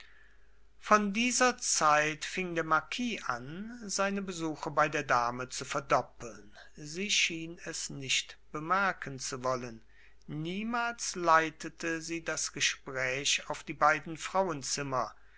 von dieser zeit fing der marquis an seine besuche bei der dame zu verdoppeln sie schien es nicht bemerken zu wollen niemals leitete sie das gespräch auf die beiden frauenzimmer